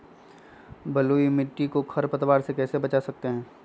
बलुई मिट्टी को खर पतवार से कैसे बच्चा सकते हैँ?